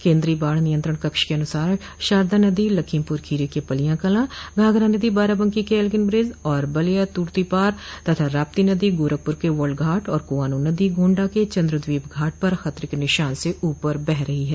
केन्द्रीय बाढ़ नियंत्रण कक्ष के अनुसार शारदा नदी लखीमपूर खीरी के पलियाकलां घाघरा नदी बाराबंकी के एल्गिंन ब्रिज और बलिया तूर्तीपार तथा राप्ती नदी गोरखपुर के वर्ल्ड घाट और कुआनो नदी गोण्डा के चन्द्रद्वीप घाट पर खतरे के निशान से ऊपर बह रही है